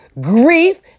grief